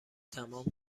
تمام